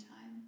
time